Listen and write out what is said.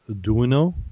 Duino